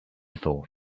thought